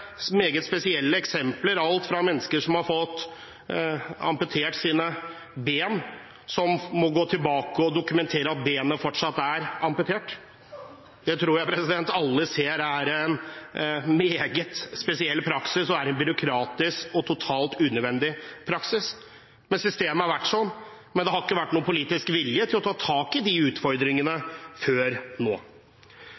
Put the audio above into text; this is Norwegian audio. meget spesielle eksempler, alt fra at mennesker som har fått amputert sine ben, har måttet gå tilbake og dokumentere at bena fortsatt er amputert. Det tror jeg alle ser er en meget spesiell, byråkratisk og totalt unødvendig praksis. Systemet har vært sånn, men det har ikke vært politisk vilje til å ta tak i de utfordringene